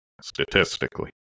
statistically